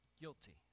guilty